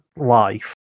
life